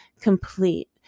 complete